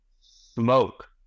smoke